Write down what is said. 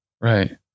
Right